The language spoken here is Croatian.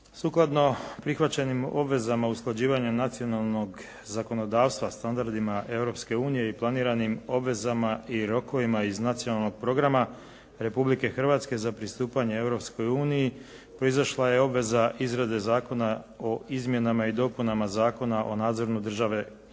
Sukladno prihvaćenim obvezama usklađivanja nacionalnog zakonodavstva standardima Europske unije i planiranim obvezama i rokovima iz Nacionalnog programa Republike Hrvatske za pristupanje Europskoj uniji proizašla je obveza izrade Zakona o izmjenama i dopunama Zakona o nadzoru državne granice.